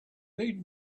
they